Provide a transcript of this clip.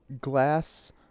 glass